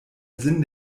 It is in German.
sinn